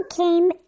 came